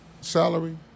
salary